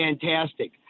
fantastic